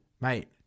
Mate